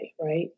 right